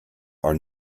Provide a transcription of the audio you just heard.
are